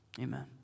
amen